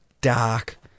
dark